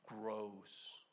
grows